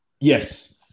Yes